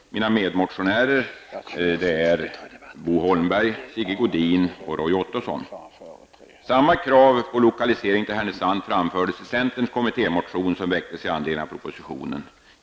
Mina medmotionärer från Västernorrland är Bo Holmberg, Sigge Godin och Roy Ottosson. Samma krav på lokalisering till Härnösand framfördes i centerns kommittémotion, som väcktes i anledning av propositionen.